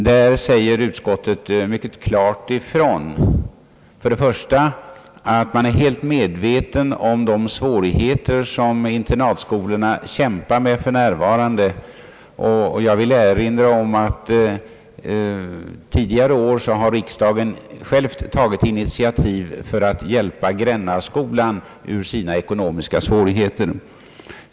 Utskottet säger mycket klart ifrån att man är helt medveten om de svårigheter som internatskolorna f.n. kämpar med. Jag vill erinra om att riksdagen tidigare år själv tagit initiativ för att hjälpa Grännaskolan ur dess ekoncmiska svårigheter.